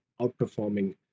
outperforming